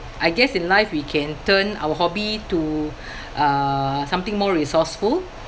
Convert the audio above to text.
I guess in life we can turn our hobby to uh something more resourceful